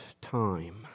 time